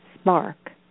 spark